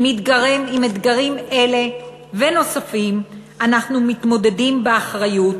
עם אתגרים אלה ונוספים אנחנו מתמודדים באחריות,